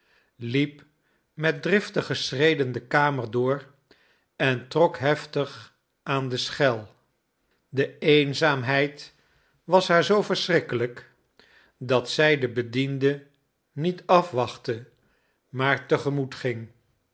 liep met driftige schreden de kamer door en trok heftig aan de schel de eenzaamheid was haar zoo verschrikkelijk dat zij den bediende niet afwachtte maar te gemoet ging